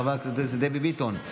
חברת הכנסת דבי ביטון,